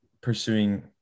pursuing